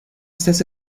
estas